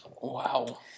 Wow